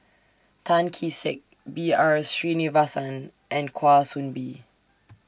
Tan Kee Sek B R Sreenivasan and Kwa Soon Bee